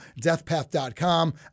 Deathpath.com